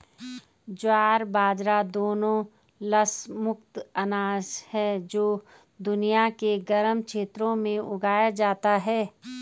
ज्वार बाजरा दोनों लस मुक्त अनाज हैं जो दुनिया के गर्म क्षेत्रों में उगाए जाते हैं